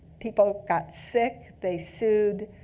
people got sick. they sued.